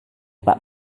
pak